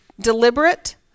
deliberate